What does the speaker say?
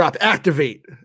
activate